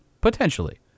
potentially